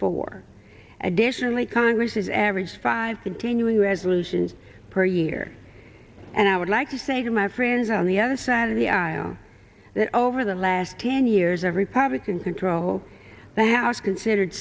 four additionally congress has averaged five continuing resolutions per year and i would like to say to my friends on the other side of the aisle that over the last ten years of republican control the house considered